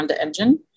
engine